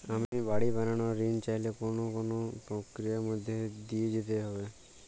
আমি বাড়ি বানানোর ঋণ চাইলে কোন কোন প্রক্রিয়ার মধ্যে দিয়ে যেতে হবে?